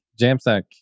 Jamstack